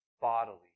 bodily